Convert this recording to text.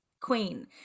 queen